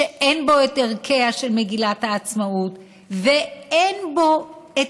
שאין בו את ערכיה של מדינת העצמאות ואין בו את